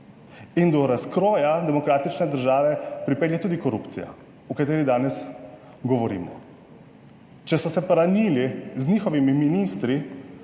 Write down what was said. In do razkroja demokratične države pripelje tudi korupcija, o kateri danes govorimo. Če so se branili z njihovimi ministri